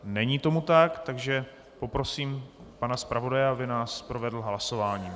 Není tomu tak, takže poprosím pana zpravodaje, aby nás provedl hlasováním.